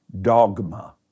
Dogma